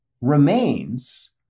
remains